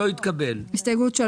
הצבעה ההסתייגות לא נתקבלה ההסתייגות לא